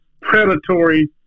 predatory